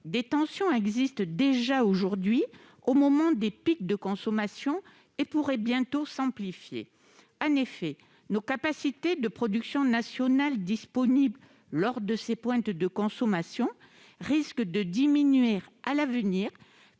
Des tensions existent déjà au moment des pics de consommation et pourraient bientôt s'amplifier alors que nos capacités de production nationale disponibles lors de ces pointes risquent de diminuer à l'avenir,